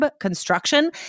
construction